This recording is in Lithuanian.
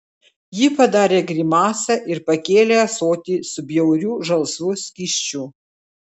ji padarė grimasą ir pakėlė ąsotį su bjauriu žalsvu skysčiu